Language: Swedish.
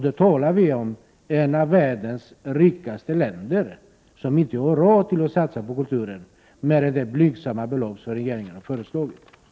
Ett av världens rikaste länder har alltså inte råd att satsa mer än vad regeringen har föreslagit på kulturen!